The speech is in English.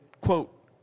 quote